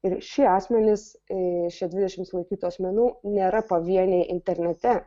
ir šie asmenys iš dvidešimt sulaikytų asmenų nėra pavieniai internete